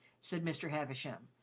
said mr. havisham.